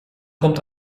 komt